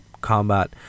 combat